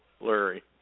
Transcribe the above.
Larry